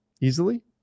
easily